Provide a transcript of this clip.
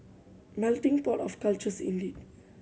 melting pot of cultures indeed